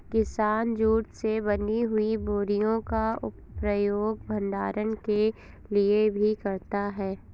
किसान जूट से बनी हुई बोरियों का प्रयोग भंडारण के लिए भी करता है